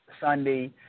Sunday